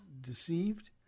deceived